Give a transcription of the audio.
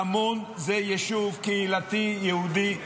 כמון זה יישוב קהילתי יהודי.